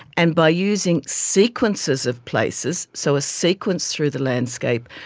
and by using sequences of places, so a sequence through the landscape,